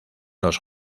los